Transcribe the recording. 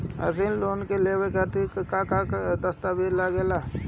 मसीक लोन लेवे खातिर का का दास्तावेज लग ता?